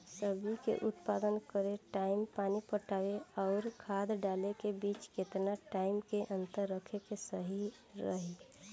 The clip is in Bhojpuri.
सब्जी के उत्पादन करे टाइम पानी पटावे आउर खाद डाले के बीच केतना टाइम के अंतर रखल सही रही?